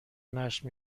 نشر